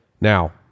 now